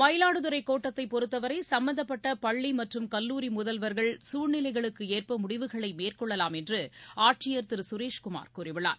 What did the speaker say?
மயிலாடுதுறை கோட்டத்தை பொறுத்தவரை சும்பந்தப்பட்ட பள்ளி மற்றும் கல்லூரி முதல்வர்கள் சூழ்நிலைகளுக்கு ஏற்ப முடிவுகளை மேற்கொள்ளவாம் என்று ஆட்சியர் திரு சுரேஷ் குமார் கூறியுள்ளார்